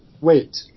Wait